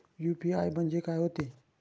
UPI म्हणजे का होते?